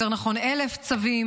יותר נכון 1,000 צווים,